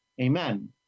Amen